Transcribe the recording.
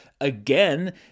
again